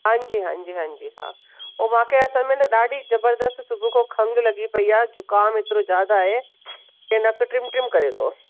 हांजी हांजी हांजी हा उहो मांखे असल में न ॾाढी ज़बरदस्त सुबुह खां खंघि लॻी पेई आहे जुकाम एतिरो जादा आहे की नकु ट्रिम ट्रिम करे थो